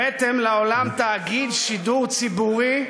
הבאתם לעולם תאגיד שידור ציבורי,